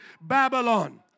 Babylon